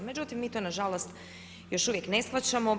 Međutim, mi to na žalost još uvijek ne shvaćamo.